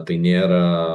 tai nėra